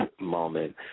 moment